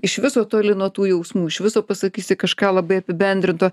iš viso toli nuo tų jausmų iš viso pasakysi kažką labai apibendrinto